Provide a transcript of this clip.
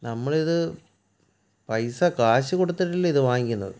നമ്മളിത് പൈസ കാശ് കൊടുത്തിട്ടല്ലേ ഇത് വാങ്ങിക്കുന്നത്